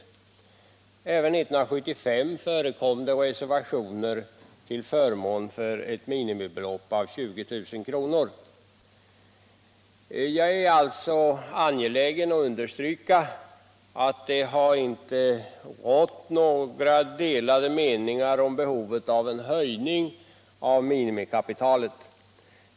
Även år 1975 förekom det reservationer till förmån för ett minimibelopp av 20 000 kr. Jag är alltså angelägen att understryka att det inte har rått några delade meningar om behovet av en höjning av minimikapitalet.